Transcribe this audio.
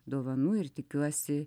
dovanų ir tikiuosi